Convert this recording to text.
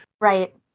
Right